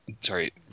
Sorry